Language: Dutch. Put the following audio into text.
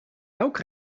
elk